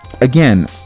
again